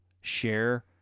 share